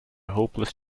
hopeless